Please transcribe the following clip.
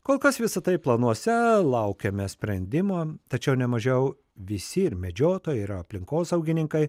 kol kas visa tai planuose laukiame sprendimo tačiau nemažiau visi ir medžiotojai ir aplinkosaugininkai